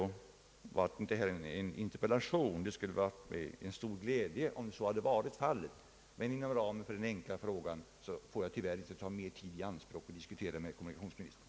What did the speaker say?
Tyvärr är detta inte en interpellationsdebatt. Det skulle ha varit en stor glädje för mig om så varit fallet. Inom ramen för den enkla frågan får jag dess värre inte ta mera tid i anspråk för att diskutera med kommunikationsministern.